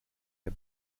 der